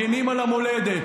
בצבא, מגינים על המולדת.